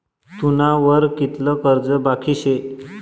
तुना वर कितलं कर्ज बाकी शे